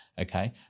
okay